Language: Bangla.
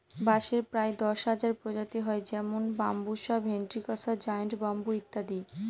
বাঁশের প্রায় দশ হাজার প্রজাতি হয় যেমন বাম্বুসা ভেন্ট্রিকসা জায়ন্ট ব্যাম্বু ইত্যাদি